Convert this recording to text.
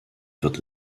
wird